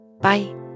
Bye